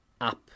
app